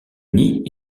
nid